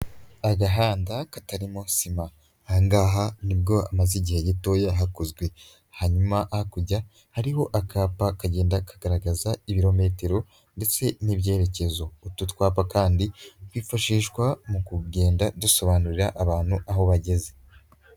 Agahanda katarimo sima. Ahangaha nibwo amaze igihe gitoya hakozwe, hanyuma hakujya hariho akapa kagenda kagaragaza ibirometero, ndetse n'ibyerekezo, utu twapa kandi, twifashishwa mu kugenda dusobanurira abantu aho bageze.